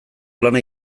lana